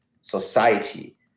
society